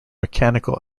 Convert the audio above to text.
mechanical